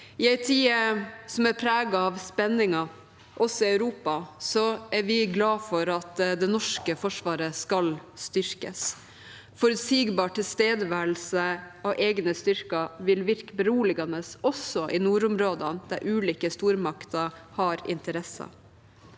I en tid som er preget av spenninger også i Europa, er vi glade for at det norske forsvaret skal styrkes. Forutsigbar tilstedeværelse av egne styrker vil virke beroligende også i nordområdene, der ulike stormakter har interesser.